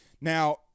Now